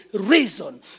reason